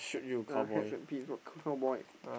ah hats and pins what cowboy